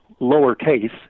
lowercase